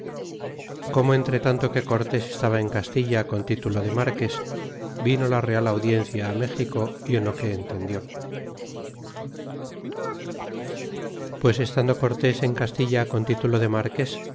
como entretanto que cortés estaba en castilla con mulo de marques vino la real audiencia méxico y en toque entendió pues estando cortés en castilla con titulo de marques